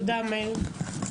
תודה, מאיר.